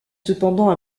cependant